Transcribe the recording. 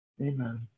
amen